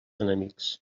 enemics